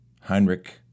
Heinrich